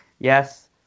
Yes